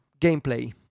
gameplay